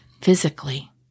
physically